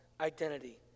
identity